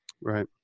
right